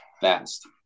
fast